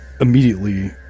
immediately